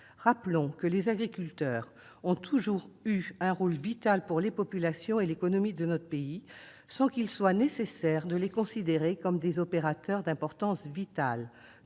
Rappelons que les agriculteurs ont toujours joué un rôle vital pour les populations et l'économie de notre pays sans qu'il soit nécessaire de les considérer comme des opérateurs d'importance vitale.